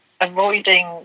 avoiding